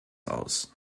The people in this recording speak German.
aus